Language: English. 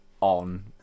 on